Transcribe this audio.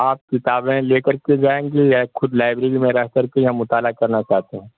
آپ کتابیں لے کر کے جائیں گے یا خود لائبریری میں رہ کر کے یا مطالعہ کرنا چاہتے ہیں